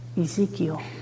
Ezekiel